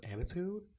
attitude